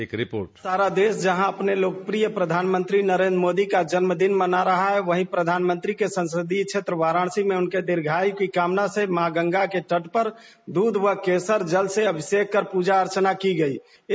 एक रिपोर्ट आज सारा देश जहां अपने लोकप्रिय प्रधानमंत्री नरेंद्र मोदी का जन्मदिन मना रहा है वहीं प्रधानमंत्री के संसदीय क्षेत्र वाराणसी में उनके दीर्घायु की कामना से माँ गंगा के तट पर दूध व केशर जल से अभिषेक कर पूजा अर्चना की गई की गई